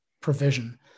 provision